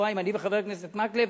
אני וחבר הכנסת מקלב,